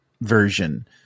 version